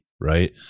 right